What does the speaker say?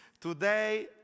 Today